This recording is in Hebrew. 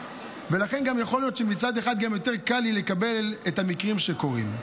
ולכן גם יכול להיות שמצד אחד יותר קל לי לקבל את המקרים שקורים,